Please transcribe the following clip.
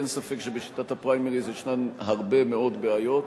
אין ספק שבשיטת הפריימריז ישנן הרבה מאוד בעיות,